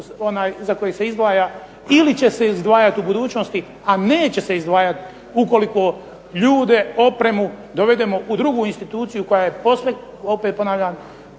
za koji ste izdvaja ili će se izdvajati u budućnosti, a neće se izdvajati ukoliko ljude, opremu dovedemo u drugu instituciju koja je posve opet ponavljam